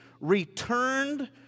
returned